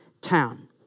town